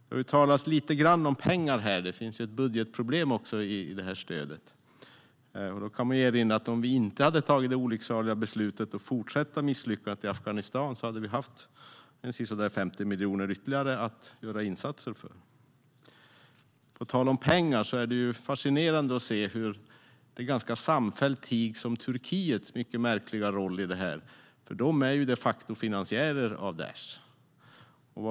Det har talats lite grann om pengar. Det finns ett budgetproblem i det här stödet. Då kan man erinra om att vi hade haft sisådär 50 miljoner ytterligare att göra insatser för om vi inte hade tagit det olycksaliga beslutet att fortsätta misslyckandet i Afghanistan. På tal om pengar är det fascinerande att se hur det ganska samfällt tigs om Turkiets mycket märkliga roll. De är de facto finansiärer av Daish.